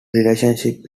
relationships